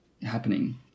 happening